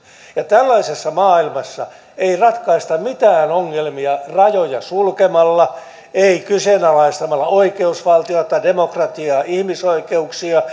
ja tällaisessa maailmassa ei ratkaista mitään ongelmia rajoja sulkemalla ei kyseenalaistamalla oikeusvaltiota demokratiaa ihmisoikeuksia